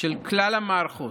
של כלל המערכות.